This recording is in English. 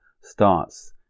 starts